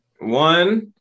One